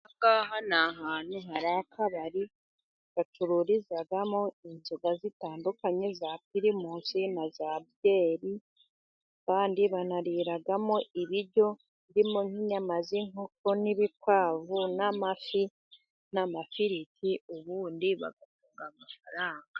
ahangaha ni ahantu hari akabari gacururizwamo inzoga zitandukanye, za pirimusi na za byeri, kandi banariramo ibiryo birimo nk'inyama z'inkoko n'ibikwavu, n'amafi n'amafiriti, ubundi bakabona amafaranga.